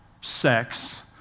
sex